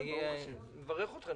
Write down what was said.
אני מברך אתכם.